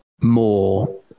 more